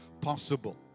possible